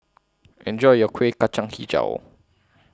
Enjoy your Kueh Kacang Hijau